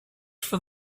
for